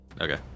Okay